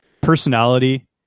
personality